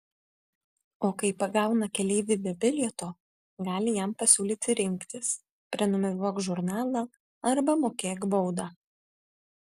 o kai pagauna keleivį be bilieto gali jam pasiūlyti rinktis prenumeruok žurnalą arba mokėk baudą